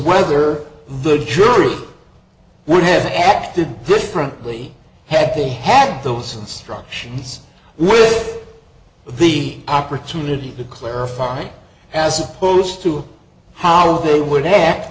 whether the jury would have acted differently had they had those instructions with the opportunity to clarify as opposed to how they were th